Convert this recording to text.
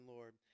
Lord